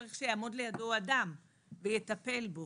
צריך שיעמוד לידו אדם ויטפל בו.